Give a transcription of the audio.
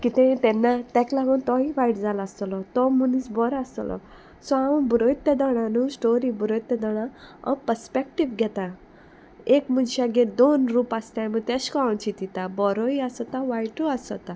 कितेंय तेन्ना तेक लागोन तोय वायट जाल आसतलो तो मुनीस बरो आसतलो सो हांव बोरोयत ते दाण न्हू स्टोरी बोरोयत तेदोणा हांव पर्सपेक्टीव घेता एक मनशागेर दोन रूप आसताय म्हूण तेशको हांव चिंतिता बोरोय आसोता वायटूय आसोता